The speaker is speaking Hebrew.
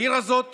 העיר הזאת